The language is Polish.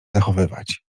zachowywać